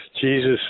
Jesus